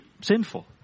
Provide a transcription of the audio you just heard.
sinful